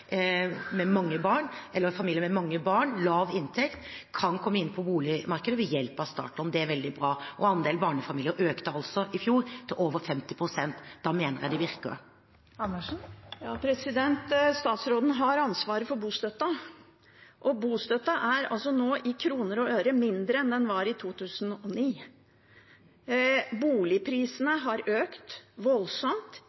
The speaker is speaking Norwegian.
med mange barn og lav inntekt kan komme inn på boligmarkedet ved hjelp av startlån. Det er veldig bra. Og andelen barnefamilier økte altså i fjor til over 50 pst. Da mener jeg det virker. Det åpnes for oppfølgingsspørsmål – først Karin Andersen. Statsråden har ansvaret for bostøtten, og bostøtten er nå i kroner og øre mindre enn den var i 2009.